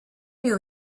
new